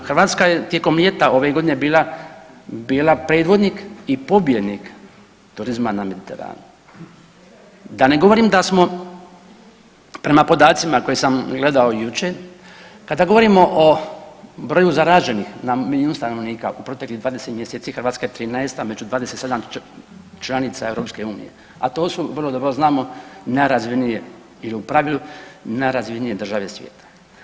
Hrvatska je tijekom ljeta ove godine bila predvodnik i pobjednik turizma na Mediteranu, da ne govorim da smo prema podacima koje sam gledao jučer kada govorimo o broju zaraženih na milijun stanovnika u proteklih 20 mjeseci Hrvatska je 13. među 27 članica Europske unije, a to su vrlo dobro znamo najrazvijenije i u pravilu najrazvijenije države svijeta.